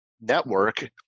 network